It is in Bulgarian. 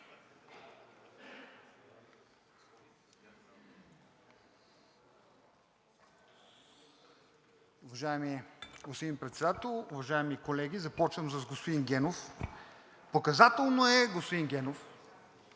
Показателно е, господин Генов,